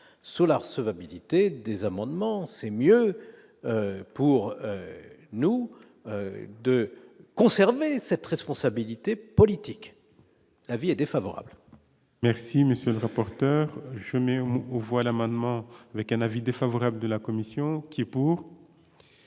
sur la recevabilité des amendements, c'est mieux pour nous de conserver cette responsabilité politique, l'avis est défavorable. Merci, monsieur le rapporteur, je n'aime ou on voit l'amendement avec un avis défavorable de la commission qui est pour,